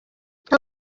nta